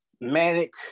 manic